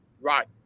right